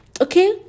Okay